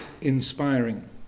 Inspiring